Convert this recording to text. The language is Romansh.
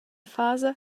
fasa